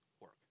work